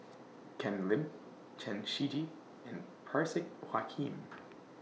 Ken Lim Chen Shiji and Parsick Joaquim